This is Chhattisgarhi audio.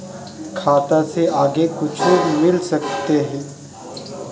खाता से आगे कुछु मिल सकथे?